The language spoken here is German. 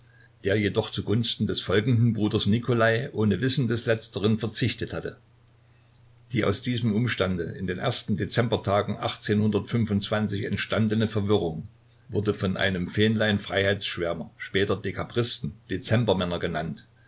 der jedoch zugunsten des folgenden bruders nikolai ohne wissen des letzteren verzichtet hatte die aus diesem umstande in den ersten dezembertag entstandene verwirrung wurde von einem fähnlein freiheitsschwärmer später dekabristen dezembermänner genannt